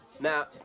Now